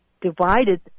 divided